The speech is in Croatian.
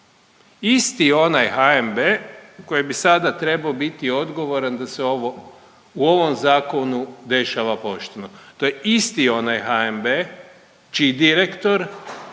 isti onaj HNB koji bi sada trebao biti odgovoran da se ovo, u ovom zakonu dešava pošteno. To je isti onaj HNB čiji direktor